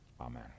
Amen